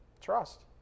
Trust